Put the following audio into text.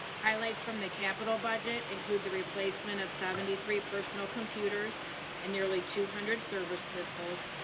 highlights from the capital budget include the replacement of seventy three personal computers and nearly two hundred service pistols.